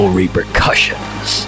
repercussions